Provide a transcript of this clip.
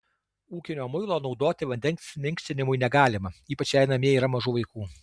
ūkinio muilo naudoti vandens minkštinimui negalima ypač jei namie yra mažų vaikų